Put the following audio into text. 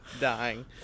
dying